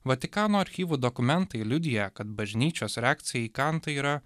vatikano archyvų dokumentai liudija kad bažnyčios reakcija į kantą yra